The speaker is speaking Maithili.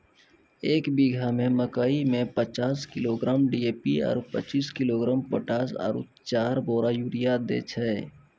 एक बीघा मे मकई मे पचास किलोग्राम डी.ए.पी आरु पचीस किलोग्राम पोटास आरु चार बोरा यूरिया दैय छैय?